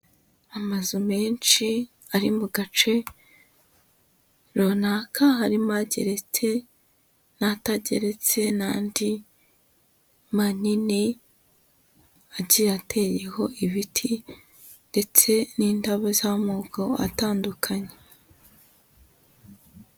Amazu menshi ari mu gace runaka, harimo ageretse n'atageretse n'andi manini agiye ateyeho ibiti ndetse n'indabo z'amoko atandukanye.